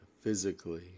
physically